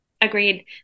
agreed